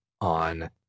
on